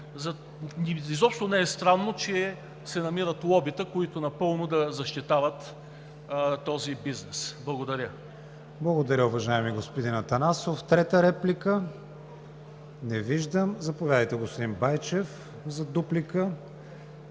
изобщо не е странно, че се намират лобита, които напълно да защитават този бизнес. Благодаря. ПРЕДСЕДАТЕЛ КРИСТИАН ВИГЕНИН: Благодаря, уважаеми господин Атанасов. Трета реплика? Не виждам. Заповядайте, господин Байчев, за дуплика.